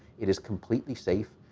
it is completely safe.